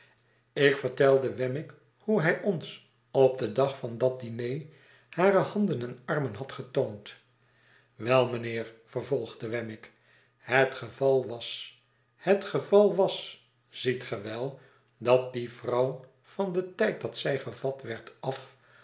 ik vertelde wemmick hoe hij ons op den dag van dat diner hare handen en armen had getoond wel mijnheer vervolgde wemmick net geval was het geval was ziet ge wel dat die vrouw van den tijd dat zij gevat werd af